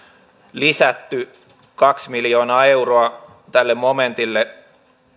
lisätty kaksi miljoonaa euroa tälle momentille